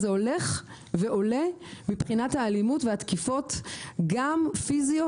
וזה הולך ועולה מבחינת האלימות והתקיפות גם פיזיות